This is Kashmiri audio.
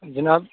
جِناب